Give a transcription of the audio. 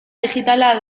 digitala